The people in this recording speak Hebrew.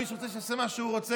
מי שרוצה, שיעשה מה שהוא רוצה.